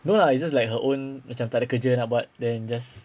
no lah it's just like her own macam tak ada kerja nak buat then just